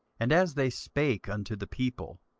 and as they spake unto the people,